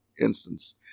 instance